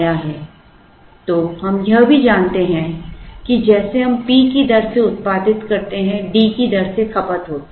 Refer Slide Time 3331 तो हम यह भी जानते हैं कि जैसे हम P की दर से उत्पादित करते हैं d की दर से खपत होती है